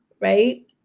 right